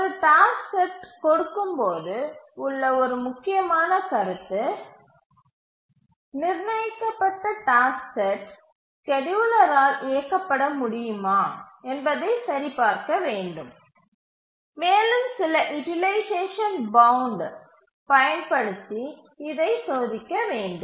ஒரு task set கொடுக்கும் போது உள்ள ஒரு முக்கியமான கருத்து நிர்ணயிக்கப்பட்ட டாஸ்க் செட் ஸ்கேட்யூலரால் இயக்கப்பட முடியுமா என்பதைச் சரிபார்க்க வேண்டும் மேலும் சில யூட்டிலைசேஷன் பவுண்ட் பயன்படுத்தி இதைச் சோதிக்க வேண்டும்